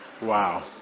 Wow